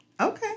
Okay